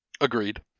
Agreed